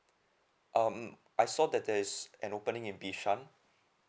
um I saw that there is an opening in bishan